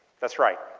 that's right.